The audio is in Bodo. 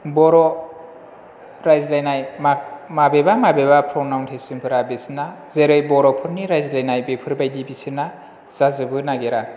बर' रायज्लायनाय माबेबा माबेबा फ्रनावनसेसनफ्रा बिसिना जेरै बर'फोरनि रायज्लायनाय बेफोरबायदि बिसोरना जाजोबनो नागिरा